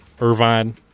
Irvine